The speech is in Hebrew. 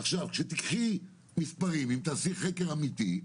עכשיו, כשתיקחי מספרים, אם תעשי חקר אמיתי,